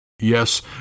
Yes